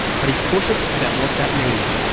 but he's cautious about what that means.